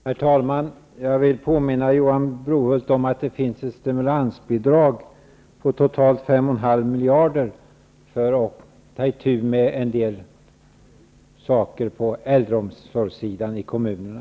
Herr talman! Jag vill påminna Johan Brohult om att det finns ett stimulansbidrag på totalt 5,5 miljarder för att ta itu med en del saker på äldreomsorgssidan i kommunerna.